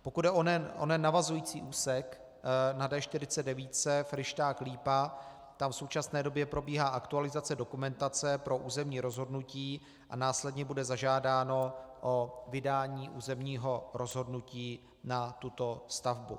Pokud jde o onen navazující úsek na D49 Fryšták Lípa, tam v současné době probíhá aktualizace dokumentace pro územní rozhodnutí a následně bude zažádáno o vydání územního rozhodnutí na tuto stavbu.